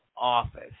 office